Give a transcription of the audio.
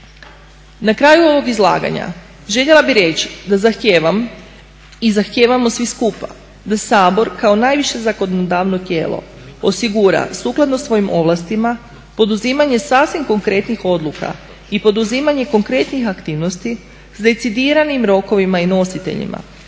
Na kraju ovog izlaganja željela bih reći da zahtijevam i zahtijevamo svi skupa da Sabor kao najviše zakonodavno tijelo osigura sukladno svojim ovlastima poduzimanje sasvim konkretnih odluka i poduzimanje konkretnih aktivnosti s decidiranim rokovima i nositeljima